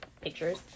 pictures